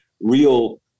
real